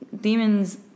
Demons